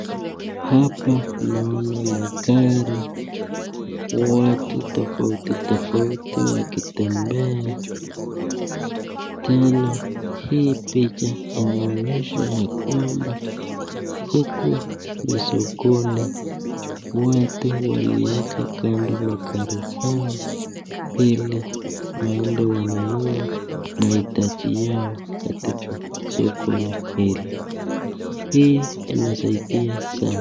Hapa naona magari, watu tofauti tofauti wakitembea. Tena hii picha inaonyesha ya kwamba, huku ni sokoni. Watu walieka kando magari zao ili waende wanunue mahitaji yao katika sokoni hili. Hii inasaidia sana.